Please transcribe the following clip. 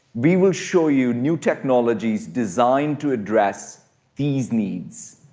we will show you new technologies designed to address these needs.